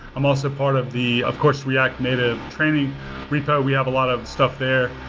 i'm also part of the, of course, react native training repo. we have a lot of stuff there.